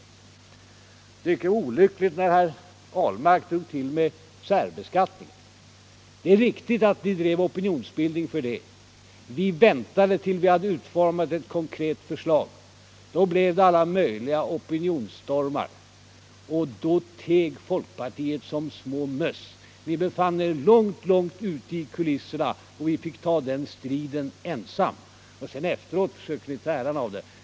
Det var mycket olyckligt att herr Ahlmark här drog till med särbeskattningen. Det är riktigt att ni drev opinionsbildning för den, men vi väntade tills vi hade format ett konkret förslag. Då blev det alla möjliga opinionsstormar, men ni i folkpartiet teg som små möss. Ni befann er långt ute i kulisserna och vi fick ta den striden ensamma. Efteråt försökte ni ta äran åt er.